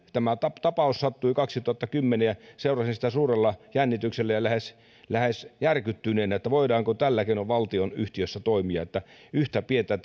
tämä tapaus sattui kaksituhattakymmenen ja seurasin sitä suurella jännityksellä ja lähes lähes järkyttyneenä että voidaanko tällä keinoin valtionyhtiössä toimia yksi pieni